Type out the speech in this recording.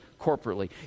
corporately